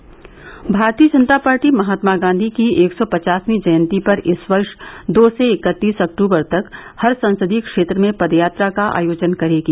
से अप के लिए कि क भारतीय जनता पार्टी महात्मा गांधी की एक सौ पचासवीं जयन्ती पर इस वर्ष दो से इकतीस अक्तूबर तक हर संसदीय क्षेत्र में पदयात्रा का आयोजन करेगी